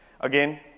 Again